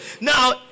now